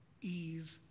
Eve